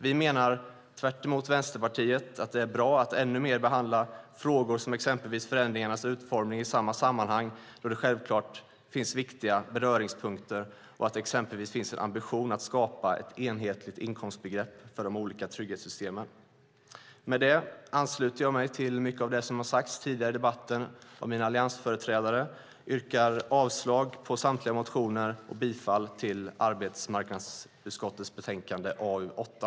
Vi menar i motsats till Vänsterpartiet att det är bra att ännu mer behandla frågor om exempelvis förändringarnas utformning i samma sammanhang, då det självklart finns viktiga beröringspunkter, och att det exempelvis finns en ambition att skapa ett enhetligt inkomstbegrepp för de olika trygghetssystemen. Med detta ansluter jag mig till mycket av det som har sagts tidigare i debatten av mina allianskolleger och yrkar avslag på samtliga reservationer och bifall till utskottets förslag i arbetsmarknadsutskottets betänkande AU8.